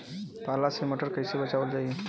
पाला से मटर कईसे बचावल जाई?